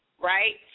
Right